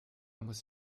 muss